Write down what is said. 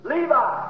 Levi